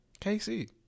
KC